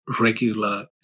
regular